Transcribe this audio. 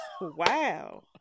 Wow